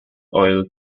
oil